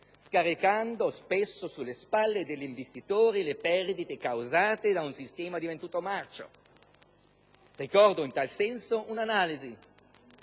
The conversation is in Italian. scaricando spesso sulle spalle degli investitori le perdite causate da un sistema divenuto marcio. Ricordo, in tal senso, un'analisi